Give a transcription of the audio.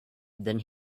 then